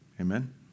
Amen